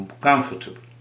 comfortable